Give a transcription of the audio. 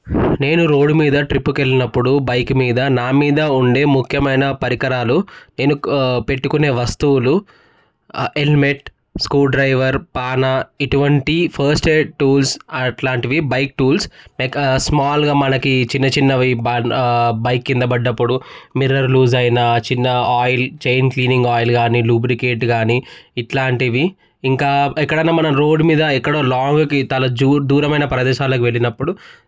నేను రోడ్డు మీద ట్రిప్కి వెళ్ళినప్పుడు బైక్ మీద నా మీద ఉండే ముఖ్యమైన పరికరాలు నేను పెట్టుకునే వస్తువులు హెల్మెట్ స్క్రూడ్రైవర్ పాన ఇటువంటి ఫస్ట్ ఎయిడ్ టూల్స్ అట్లాంటివి బైక్ టూల్స్ లైక్ స్మాల్గా మనకి చిన్న చిన్నవి బైక్ కింద పడినప్పుడు మిర్రర్ లూస్ అయినా చిన్న ఆయిల్ చైన్ క్లీనింగ్ ఆయిల్ కానీ లూబ్రికేట్ కానీ ఇలాంటివి ఇంకా ఎక్కడైనా మనం రోడ్డు మీద ఎక్కడో లాంగ్కి చాలా దూరమైన ప్రదేశాలకు వెళ్ళినప్పుడు